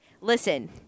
listen